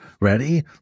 Ready